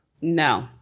No